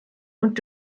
und